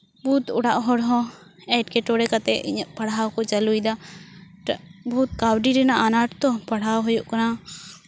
ᱵᱩᱦᱩᱛ ᱚᱲᱟᱜ ᱦᱚᱲ ᱦᱚᱸ ᱮᱴᱠᱮᱴᱚᱬᱮ ᱠᱟᱛᱮᱫ ᱤᱧᱟᱹᱜ ᱯᱟᱲᱦᱟᱣ ᱠᱚ ᱪᱟᱹᱞᱩᱭᱮᱫᱟ ᱵᱩᱦᱩᱛ ᱠᱟᱹᱣᱰᱤ ᱨᱮᱱᱟᱜ ᱟᱱᱟᱴ ᱛᱚ ᱯᱟᱲᱦᱟᱣ ᱦᱩᱭᱩᱜ ᱠᱟᱱᱟ